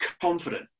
confident